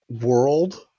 world